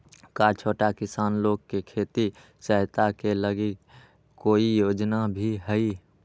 का छोटा किसान लोग के खेती सहायता के लगी कोई योजना भी हई?